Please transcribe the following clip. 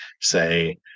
say